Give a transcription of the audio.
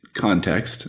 context